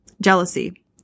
jealousy